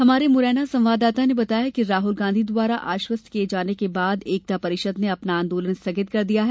हमारे मुरैना संवाददाता ने बताया कि राहुल गांधी द्वारा आश्वस्त किये जाने के बाद एकता परिषद ने अपना आंदोलन स्थगित कर दिया है